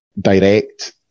direct